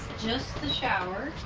just the shower